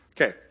Okay